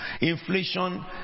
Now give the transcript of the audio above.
Inflation